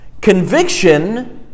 Conviction